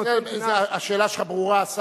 השאלה שלך ברורה.